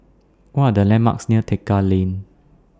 What Are The landmarks near Tekka Lane